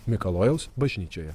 mikalojaus bažnyčioje